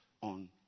on